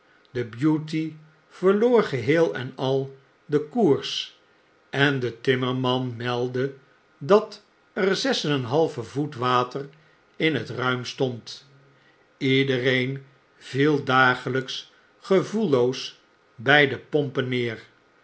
de beauty verloor geheel en al den koers en de timmerman meldde dat er zes en een half voet water in het ruira stond iedereen viel daerelgks gevoelloos bij de pompen neer